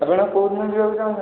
ଆପଣ କେଉଁ ଜାଗାକୁ ଯିବାକୁ ଚାହୁଁଛନ୍ତି